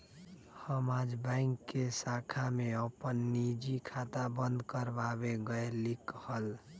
हम आज बैंक के शाखा में अपन निजी खाता बंद कर वावे गय लीक हल